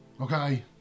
Okay